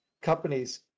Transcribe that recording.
companies